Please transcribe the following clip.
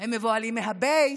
הם מבוהלים מהבייס.